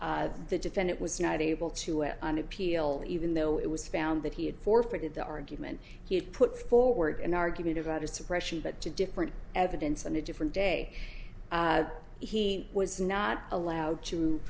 so the defendant was not able to have an appeal even though it was found that he had forfeited the argument he had put forward an argument about a suppression but two different evidence and a different day he was not allowed to